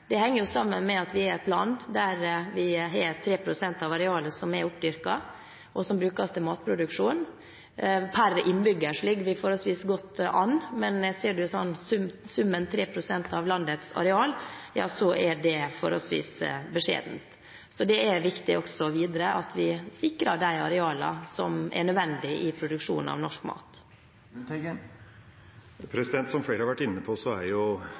Det henger sammen med at vi er et land der 3 pst. av arealet er dyrket, og som brukes til matproduksjon. Per innbygger ligger vi forholdsvis godt an, men når jeg ser summen 3 pst. av landets areal, er det forholdsvis beskjedent. Det er viktig også videre at vi sikrer de arealene som er nødvendige i produksjonen av norsk mat. Som flere har vært inne på, er